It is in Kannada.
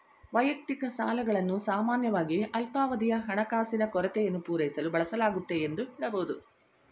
ವೈಯಕ್ತಿಕ ಸಾಲಗಳನ್ನು ಸಾಮಾನ್ಯವಾಗಿ ಅಲ್ಪಾವಧಿಯ ಹಣಕಾಸಿನ ಕೊರತೆಯನ್ನು ಪೂರೈಸಲು ಬಳಸಲಾಗುತ್ತೆ ಎಂದು ಹೇಳಬಹುದು